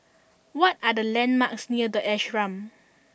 what are the landmarks near The Ashram